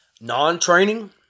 Non-training